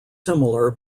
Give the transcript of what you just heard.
similar